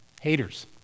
Haters